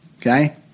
Okay